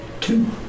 Two